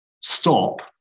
stop